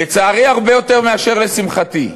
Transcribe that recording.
לצערי הרבה יותר מאשר לשמחתי,